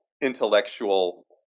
intellectual